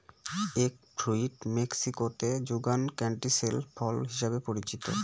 egg fruit মেক্সিকোতে যুগান canistel ফল হিসাবে পরিচিত